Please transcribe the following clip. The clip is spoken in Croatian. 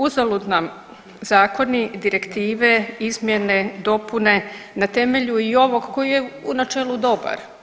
Uzalud nam zakoni, direktive, izmjene, dopune na temelju i ovog koji je u načelu dobar.